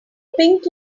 pink